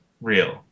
real